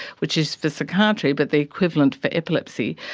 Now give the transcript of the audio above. which is for psychiatry but the equivalent for epilepsy,